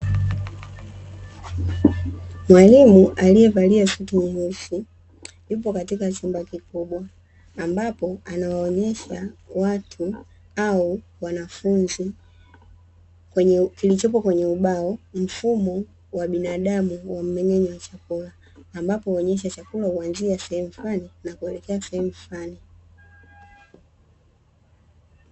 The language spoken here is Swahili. Mwalimu aliyevalia suti nyeusi yupo katika chumba kikubwa